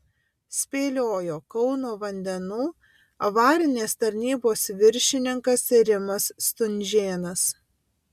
spėliojo kauno vandenų avarinės tarnybos viršininkas rimas stunžėnas